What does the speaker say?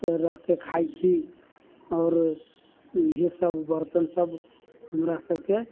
रखके खाइ छी आओर इहे सब बर्तन सब हमरा सबके